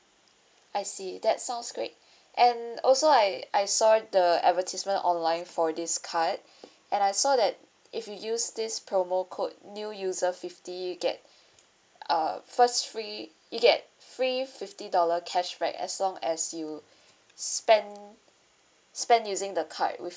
I see that sounds great and also I I saw the advertisement online for this card and I saw that if you use this promo code new user fifty you get uh first free you get free fifty dollar cashback as long as you spend spend using the card with